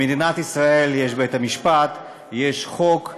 במדינת ישראל יש בית-המשפט, יש חוק.